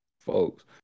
Folks